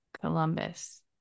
columbus